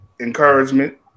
encouragement